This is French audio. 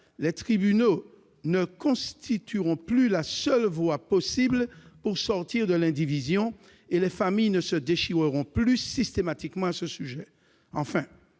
les tribunaux ne constitueront plus la seule voie possible pour sortir de l'indivision, et les familles ne se déchireront plus systématiquement à ce sujet. Enfin,